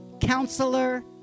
Counselor